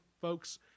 folks